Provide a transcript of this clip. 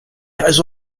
has